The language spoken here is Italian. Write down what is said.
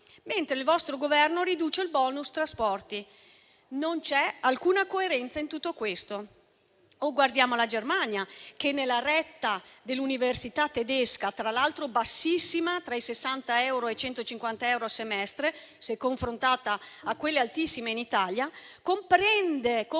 mentre il vostro Governo riduce il *bonus* trasporti. Non c'è alcuna coerenza in tutto questo. O guardiamo alla Germania: la retta dell'università tedesca, tra l'altro bassissima (tra i 60 e i 150 euro a semestre), se confrontata con quelle altissime dell'Italia, comprende